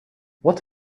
what